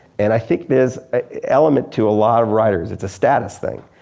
and i think this element to a lot of writers, it's a status thing.